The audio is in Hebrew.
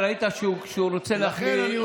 ראית שכשהוא רוצה להחמיא,